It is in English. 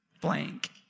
blank